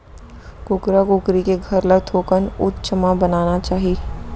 कुकरा कुकरी के घर ल थोकन उच्च म बनाना चाही